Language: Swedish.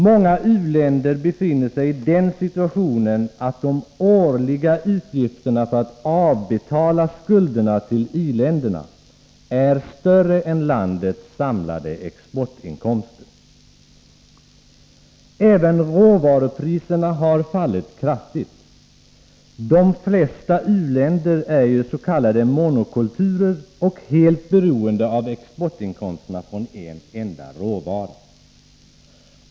Många u-länder befinner sig i den situationen att de årliga utgifterna för att avbetala skulderna till i-länderna är större än landets samlade exportinkomster. Även råvarupriserna har fallit kraftigt. De flesta u-länder är ju s.k. monokulturer och helt beroende av exportinkomsterna från en enda råvara.